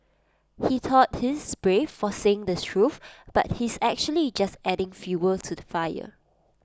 he thought he's brave for saying the truth but he's actually just adding fuel to the fire